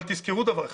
תזכרו דבר אחד.